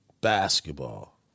basketball